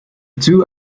two